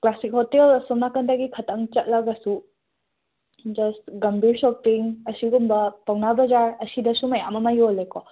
classic hotel ꯑꯁꯣꯝ ꯅꯥꯀꯟꯗꯒꯤ ꯈꯇꯪ ꯆꯠꯂꯒꯁꯨ ꯖꯁ ꯒꯝꯕꯤꯔ ꯁꯣꯄꯤꯡ ꯑꯁꯤꯒꯨꯝꯕ ꯄꯧꯅꯥ ꯕꯖꯥꯔ ꯑꯁꯤꯗꯁꯨ ꯃꯌꯥꯝ ꯑꯃ ꯌꯣꯜꯂꯦꯀꯣ